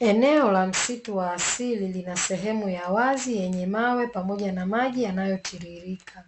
Eneo la msitu wa asili linasehemu ya wazi yenye mawe pamoja na maji yanayotiririka